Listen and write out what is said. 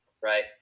right